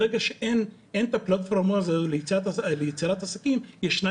ברגע שאין את הפלטפורמה הזו ליצירת עסקים ישנה